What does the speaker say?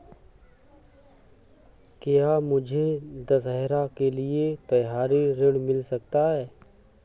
क्या मुझे दशहरा के लिए त्योहारी ऋण मिल सकता है?